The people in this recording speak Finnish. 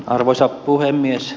arvoisa puhemies